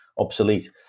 obsolete